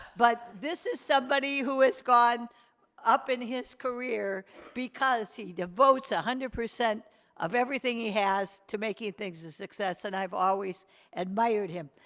but this is somebody who has gone up in his career because he devotes one ah hundred percent of everything he has to making things a success. and i've always admired him.